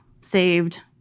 saved